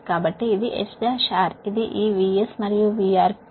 కాబట్టి ఇది S R ఇది ఈ VS మరియు VR మధ్య కోణం